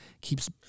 keeps